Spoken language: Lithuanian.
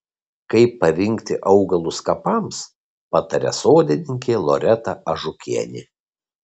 kaip parinkti augalus kapams pataria sodininkė loreta ažukienė